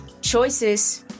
choices